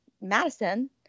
Madison